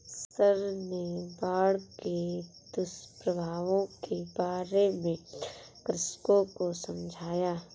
sir ने बाढ़ के दुष्प्रभावों के बारे में कृषकों को समझाया